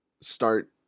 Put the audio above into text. start